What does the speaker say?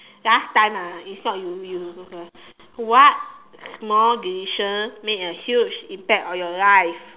last time ah if not you you what small decision made a huge impact on your life